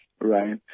Right